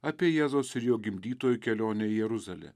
apie jėzaus ir jo gimdytojų kelionę į jeruzalę